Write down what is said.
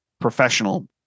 professional